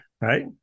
Right